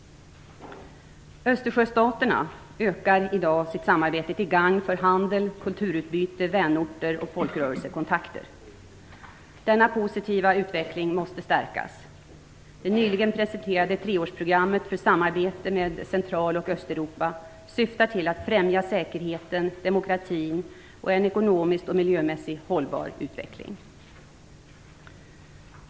Östersjöstaterna ökar i dag sitt samarbete till gagn för handel, kulturutbyte, vänorter och folkrörelsekontakter. Denna positiva utveckling måste stärkas. Det nyligen presenterade treårsprogrammet för samarbete med Central och Östeuropa syftar till att främja säkerheten, demokratin och en ekonomiskt och miljömässigt hållbar utveckling.